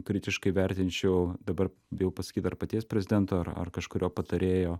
kritiškai vertinčiau dabar bijau pasakyt ar paties prezidento ar ar kažkurio patarėjo